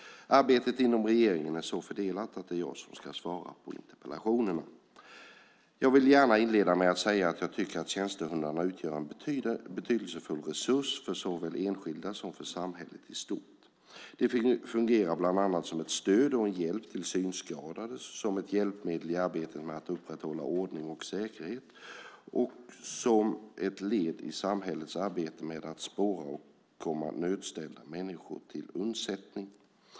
Arbetet inom regeringen är så fördelat att det är jag som ska svara på interpellationerna. Jag vill gärna inleda med att säga att jag tycker att tjänstehundarna utgör en betydelsefull resurs för såväl enskilda som samhället i stort. De fungerar bland annat som ett stöd och en hjälp till synskadade, som ett hjälpmedel i arbetet med att upprätthålla ordning och säkerhet och som ett led i samhällets arbete med att spåra och komma nödställda människor till undsättning.